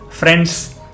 Friends